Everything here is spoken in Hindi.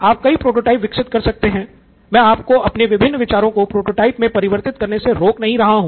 आप कई प्रोटोटाइप विकसित कर सकते हैं मैं आपको अपने विभिन्न विचारों को प्रोटोटाइप मे परिवर्तित करने से रोक नहीं रहा हूं